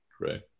Right